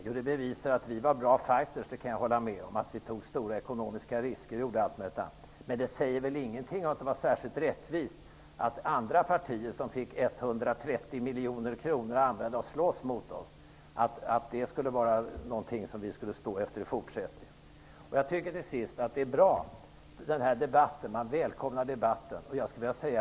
Jo, det bevisar att vi var bra fighters, att vi tog stora ekonomiska risker m.m. Men det säger väl ingenting om det var särskilt rättvist att andra partier fick 130 miljoner kronor att använda för att slåss mot oss, och att det skulle vara någonting som vi står efter i fortsättningen. Jag tycker till sist att den här debatten är bra -- jag välkomnar den.